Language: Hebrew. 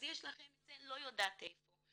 אז יש לכם את זה לא יודעת איפה,